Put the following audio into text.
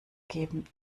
geben